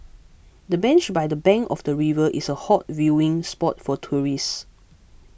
the bench by the bank of the river is a hot viewing spot for tourists